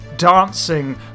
dancing